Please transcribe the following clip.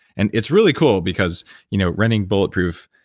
and it's really cool, because you know running bulletproof,